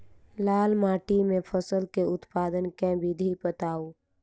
लाल माटि मे फसल केँ उत्पादन केँ विधि बताऊ?